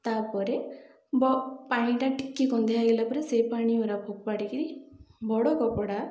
ତାପରେ ପାଣିଟା ଟିକେ ଗନ୍ଧିଆ ହୋଇଗଲା ପରେ ସେଇ ପାଣିଗୁଡ଼ା ଫୋପାଡ଼ିକରି ବଡ଼ କପଡ଼ା